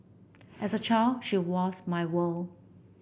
as a child she was my world